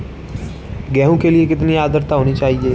गेहूँ के लिए कितनी आद्रता होनी चाहिए?